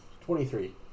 Twenty-three